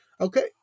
Okay